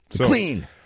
Clean